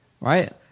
right